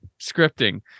scripting